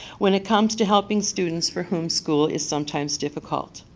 when it comes to helping students for whom school is sometimes difficult.